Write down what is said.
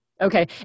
Okay